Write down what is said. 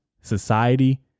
society